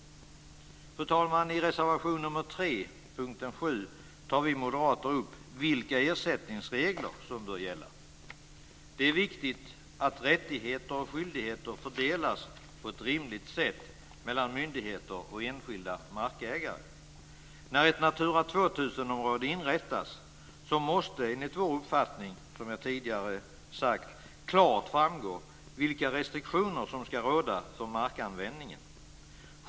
Fru talman! I reservation nr 3 under punkt 7 tar vi moderater upp vilka ersättningsregler som bör gälla. Det är viktigt att rättigheter och skyldigheter fördelas på ett rimligt sätt mellan myndigheter och enskilda markägare. När ett Natura 2000-område inrättas måste, som jag tidigare har sagt, enligt vår uppfattning klart framgå vilka restriktioner som ska råda för markanvändningen.